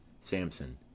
Samson